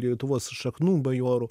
lietuvos šaknų bajorų